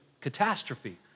catastrophe